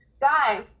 Guys